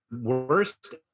worst